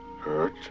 hurt